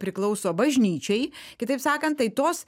priklauso bažnyčiai kitaip sakant tai tos